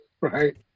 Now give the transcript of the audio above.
Right